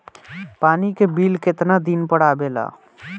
पानी के बिल केतना दिन पर आबे ला?